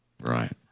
Right